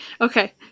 Okay